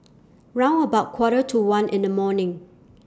round about Quarter to one in The morning